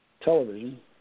television